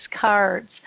cards